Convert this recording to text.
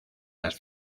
las